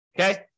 Okay